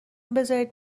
بزارید